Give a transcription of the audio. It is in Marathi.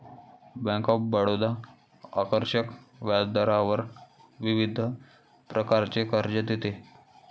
बँक ऑफ बडोदा आकर्षक व्याजदरावर विविध प्रकारचे कर्ज देते